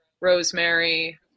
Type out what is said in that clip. rosemary